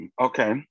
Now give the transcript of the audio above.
okay